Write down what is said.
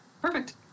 Perfect